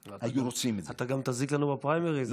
אתה גם תזיק לנו בפריימריז,